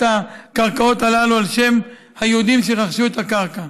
הקרקעות הללו על שם היהודים שרכשו את הקרקע.